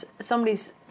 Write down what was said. somebody's